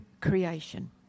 creation